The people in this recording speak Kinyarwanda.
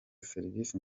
serivisi